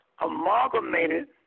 amalgamated